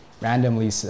randomly